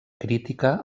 crítica